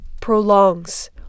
prolongs